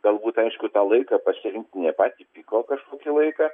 galbūt aišku tą laiką pasirinkti ne patį piko kažkokį laiką